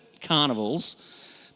carnivals